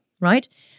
right